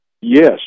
yes